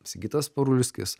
sigitas parulskis